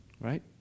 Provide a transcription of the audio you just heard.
Right